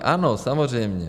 Ano, samozřejmě.